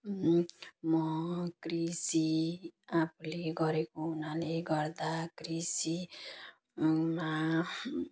म कृषि आफूले गरेको हुनाले गर्दा कृषि मा